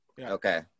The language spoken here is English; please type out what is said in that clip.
Okay